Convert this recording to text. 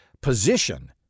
position